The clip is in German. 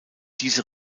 diese